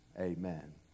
amen